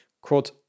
quote